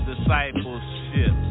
Discipleship